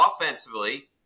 offensively